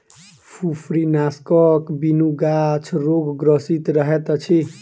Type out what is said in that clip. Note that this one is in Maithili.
फुफरीनाशकक बिनु गाछ रोगग्रसित रहैत अछि